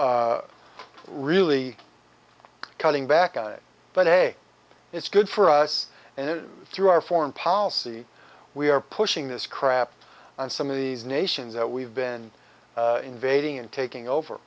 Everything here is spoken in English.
also really cutting back but hey it's good for us and it through our foreign policy we are pushing this crap and some of these nations that we've been invading and taking over